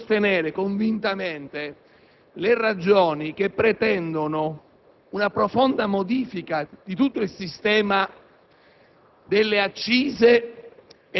ma anche per sostenere convintamente le ragioni che pretendono di effettuare una profonda modifica di tutto il sistema